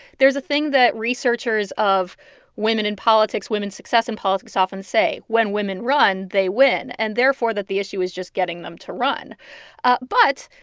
there's a thing that researchers of women in politics, women's success in politics, often say when women run, they win. and therefore that the issue is just getting them to run but,